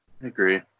Agree